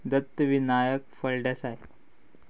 Dutt Vinayak Phaldesai